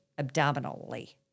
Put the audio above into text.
abdominally